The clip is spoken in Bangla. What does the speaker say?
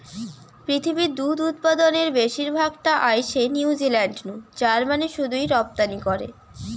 পৃথিবীর দুধ উতপাদনের বেশির ভাগ টা আইসে নিউজিলান্ড নু জার্মানে শুধুই রপ্তানি করে